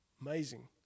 amazing